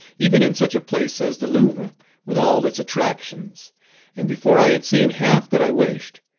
even in such a place as the louvre with all its attractions and before i had seen half that i wished,